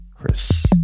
Chris